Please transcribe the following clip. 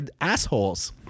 assholes